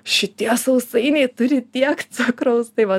šitie sausainiai turi tiek cukraus tai va